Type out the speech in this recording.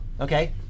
okay